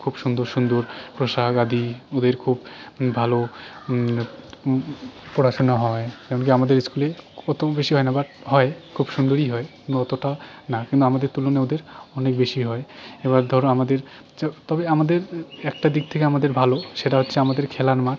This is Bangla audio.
খুব সুন্দর সুন্দর পোশাকাদি ওদের খুব ভালো পড়াশোনা হয় এমন কি আমাদের স্কুলে অত বেশি হয় না বাট হয় খুব সুন্দরই হয় অতটা না কিন্তু আমাদের তুলনায় ওদের অনেক বেশি হয় এবার ধর আমাদের তো তবে আমাদের একটা দিক থেকে আমাদের ভালো সেটা হচ্ছে আমাদের খেলার মাঠ